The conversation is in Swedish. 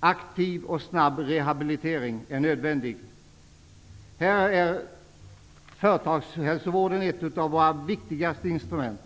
Aktiv och snabb rehabilitering är nödvändig. Företagshälsovården är i detta sammanhang ett av våra viktigaste instrument.